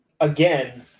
again